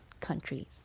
countries